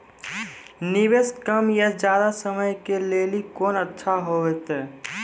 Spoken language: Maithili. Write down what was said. निवेश कम या ज्यादा समय के लेली कोंन अच्छा होइतै?